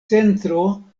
centro